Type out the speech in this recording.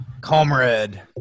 Comrade